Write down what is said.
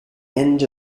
end